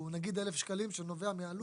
שהוא נגיד 1,000 שקלים שנובע מעלות